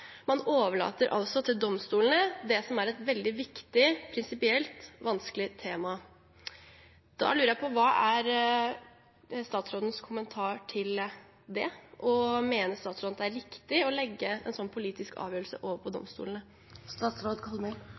Man overlater altså til domstolene det som er et veldig viktig og prinsipielt vanskelig tema.» Da lurer jeg på: Hva er statsrådens kommentar til det? Og mener statsråden at det er riktig å legge en slik politisk avgjørelse over på